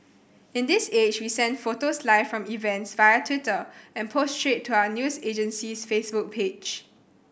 in this age we send photos live from events via Twitter and post straight to our news agency's Facebook page